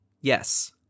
yes